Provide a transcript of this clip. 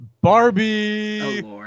Barbie